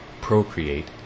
procreate